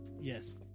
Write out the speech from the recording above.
Yes